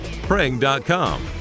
prang.com